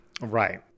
Right